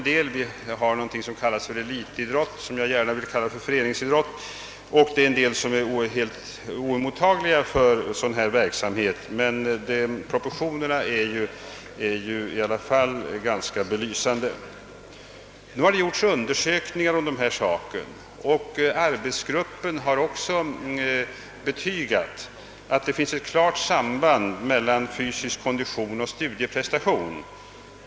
Vi har något som kallas elitidrott men som jag gärna vill kalla föreningsidrott. En hel del är vidare helt oemottagliga för motionsverksamhet, men proportionerna är i alla fall ganska belysande. En del undersökningar om denna sak har verkställts, och arbetsgruppen har också betygat att det finns ett klart samband mellan fysisk kondition och studieprestation.